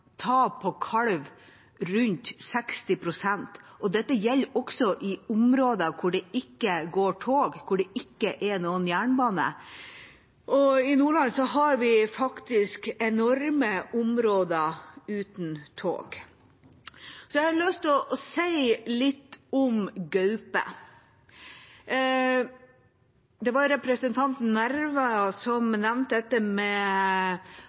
tap av kalv på rundt 60 pst. Dette gjelder også i områder hvor det ikke går tog, hvor det ikke er noen jernbane. I Nordland har vi enorme områder uten tog. Så har jeg lyst til å si litt om gaupe. Det var representanten